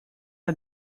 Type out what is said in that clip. are